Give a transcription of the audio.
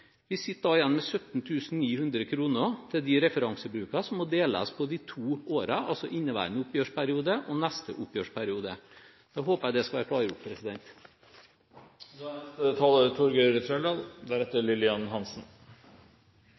Vi sitter da igjen med 17 900 kr til disse referansebrukene, som må deles på de to årene, altså på inneværende oppgjørsperiode og neste oppgjørsperiode. Da håper jeg at det skulle være klargjort.